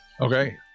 Okay